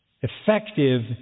effective